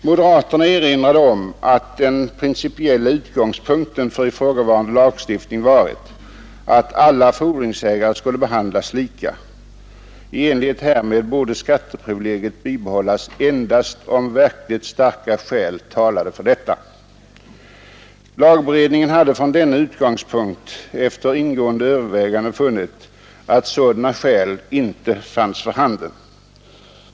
Moderaterna erinrade om att den principiella utgångspunkten för ifrågavarande lagstiftning varit, att alla fordringsägare skulle behandlas lika. I enlighet härmed borde skatteprivilegiet behållas endast om verkligt starka skäl talade för detta. Lagberedningen hade från denna utgångspunkt efter ingående överväganden funnit att sådana skäl inte var för handen.